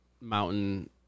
mountain